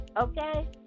okay